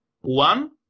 one